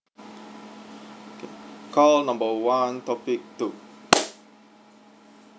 two call number one topic two